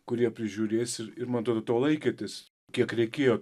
kurie prižiūrės ir ir man atrodo to laikėtės kiek reikėjo